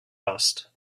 asked